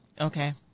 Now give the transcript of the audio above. Okay